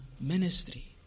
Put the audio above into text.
ministry